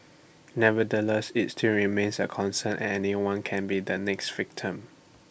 nevertheless IT still remains A concern and anyone can be the next victim